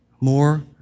more